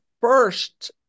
first